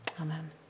Amen